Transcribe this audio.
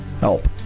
help